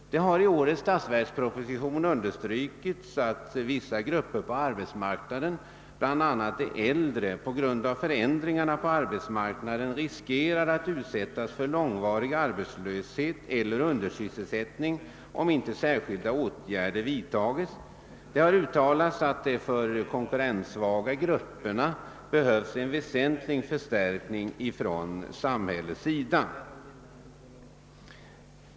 Det har i årets statsverksproposition understrukits att vissa grupper på arbetsmarknaden, bland annat de äldre, på grund av förändringarna på arbetsmarknaden riskerar att utsättas för långvarig arbetslöshet eller undersysselsättning om inte särskilda åtgärder vidtages. Det har uttalats att det för de konkurrenssvaga grupperna behövs en väsentlig förstärkning från samhällets sida.